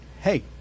Hey